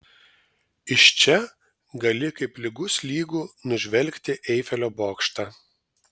iš čia gali kaip lygus lygų nužvelgti eifelio bokštą